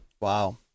wow